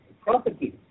properties